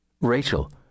Rachel